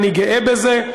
אני גאה בזה,